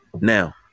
Now